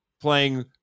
playing